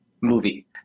movie